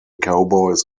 cowboys